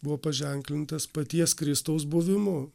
buvo paženklintas paties kristaus buvimu